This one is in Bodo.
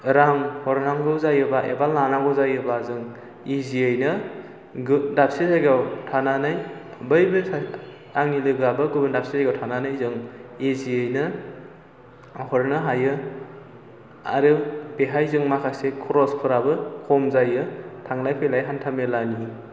रां हरनांगौ जायोबा एबा लानांगौ जायोबा जों इजियैनो दाबसे जायगायाव थानानै बै आंनि लोगोआबो गुबुन दाबसे जायगायाव थानानै जों इजियैनो हरनो हायो आरो बेहाय जों माखासे खरसफोरा खम जायो थांलाय फैलाय हान्था मेलानि